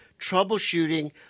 troubleshooting